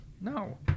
No